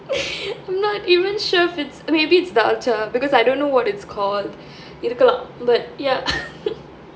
not even sure if it's maybe it's தாள்ச்சா:thaalchaa because I don't know what it's called இருக்கலாம்:irukkalaam but ya